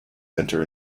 enter